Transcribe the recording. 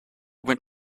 went